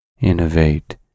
innovate